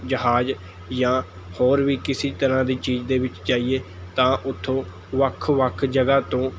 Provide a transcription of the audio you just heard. ਜਹਾਜ਼ ਜਾਂ ਹੋਰ ਵੀ ਕਿਸੀ ਤਰ੍ਹਾਂ ਦੀ ਚੀਜ਼ ਦੇ ਵਿੱਚ ਜਾਈਏ ਤਾਂ ਉੱਥੋਂ ਵੱਖ ਵੱਖ ਜਗ੍ਹਾ ਤੋਂ